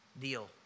deal